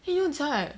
then you know 你知道 right